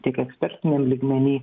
tik ekspertiniam lygmeny